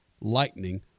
lightning